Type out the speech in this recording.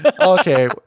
Okay